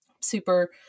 Super